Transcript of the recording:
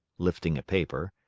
lifting a paper,